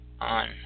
on